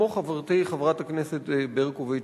כמו חברתי חברת הכנסת ברקוביץ,